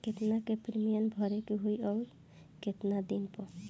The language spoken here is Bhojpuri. केतना के प्रीमियम भरे के होई और आऊर केतना दिन पर?